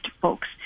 Folks